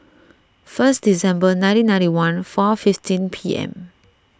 first December nineteen ninety one far fifteen P M